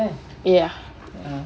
ya